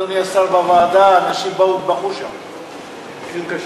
אדוני השר, זה לא מקרים פרטניים.